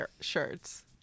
shirts